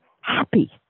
happy